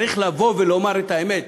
צריך לבוא ולומר את האמת.